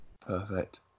perfect